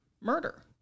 murder